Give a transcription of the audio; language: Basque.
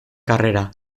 karrera